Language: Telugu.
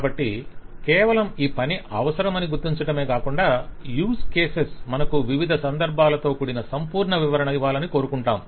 కాబట్టి కేవలం ఈ పని అవసరమని గుర్తించడమే కాకుండా యూజ్ కేసెస్ మనకు వివిధ సందర్భాలతో కూడిన సంపూర్ణ వివరణ ఇవ్వాలని కోరుకొంటాం